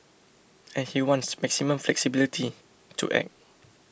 and he wants maximum flexibility to act